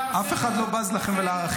לערכינו -- אף אחד לא בז לכם ולערכיכם.